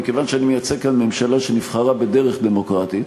ומכיוון שאני מייצג כאן ממשלה שנבחרה בדרך דמוקרטית,